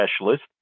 specialist